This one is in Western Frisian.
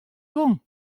gong